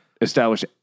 establish